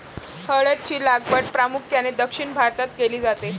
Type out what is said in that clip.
हळद ची लागवड प्रामुख्याने दक्षिण भारतात केली जाते